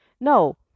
No